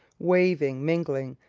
waving, mingling,